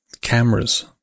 cameras